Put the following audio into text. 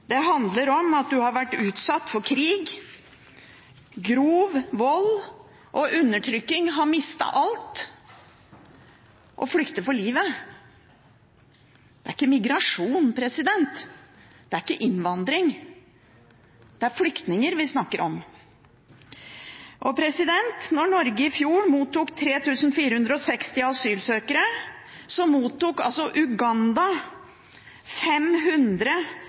har vært utsatt for krig, grov vold, undertrykking, har mistet alt og flykter for livet. Det er ikke migrasjon, det er ikke innvandring, det er flyktninger vi snakker om. Da Norge i fjor mottok 3 460 asylsøkere, mottok Uganda